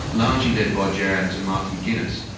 largely led by gerry adams and martin mcguinness,